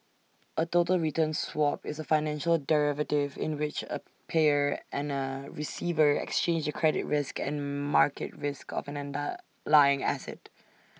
A total return swap is A financial derivative in which A payer and receiver exchange the credit risk and market risk of an underlying asset